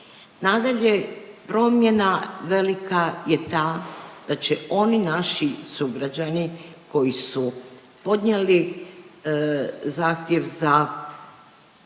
Nadalje, promjena velika je ta da će oni naši sugrađani koji su podnijeli zahtjev za,